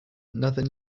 another